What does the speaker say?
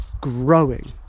growing